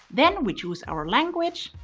then we choose our language.